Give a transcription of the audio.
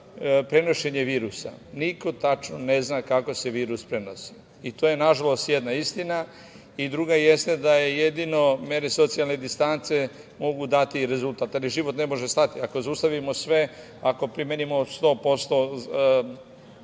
prenošenje virusa - niko tačno ne zna kako se virus prenosi, i to je nažalost jedna istina i druga jeste da jedino mere socijalne distance mogu dati rezultat, ali život ne može stati. Ako zaustavimo sve, ako primenimo 100%